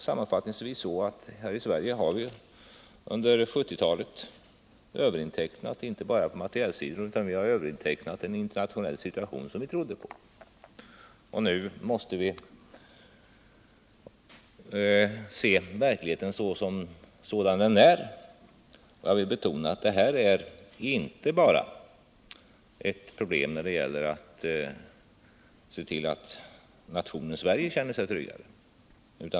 Sammanfattningsvis har vi i Sverige under 1970-talet överintecknat inte bara på materiell sida utan också i en internationell situation som vi trodde på. Nu måste vi se verkligheten sådan den är. Jag vill betona att detta inte bara är ett problem när det gäller att se till att nationen Sverige känner sig tryggad.